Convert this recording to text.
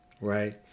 right